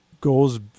goes